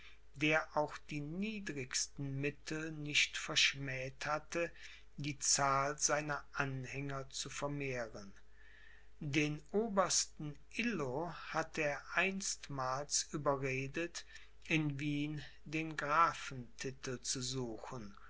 der auch die niedrigsten mittel nicht verschmäht hatte die zahl seiner anhänger zu vermehren den obersten illo hatte er einsmals überredet in wien den grafentitel zu suchen